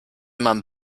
man